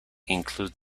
include